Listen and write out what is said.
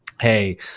Hey